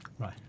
Right